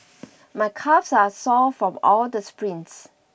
my calves are sore from all the sprints